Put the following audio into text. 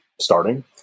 starting